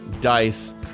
dice